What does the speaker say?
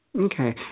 Okay